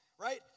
Right